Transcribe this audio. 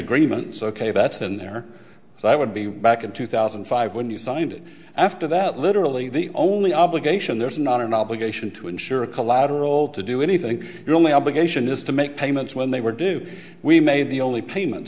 agreements ok that's in there so i would be back in two thousand and five when you signed it after that literally the only obligation there is not an obligation to insure a collateral to do anything your only obligation is to make payments when they were due we made the only payment